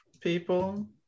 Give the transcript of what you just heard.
people